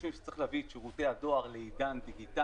חושבים שצריכים להביא את שירותי הדואר לעידן דיגיטלי,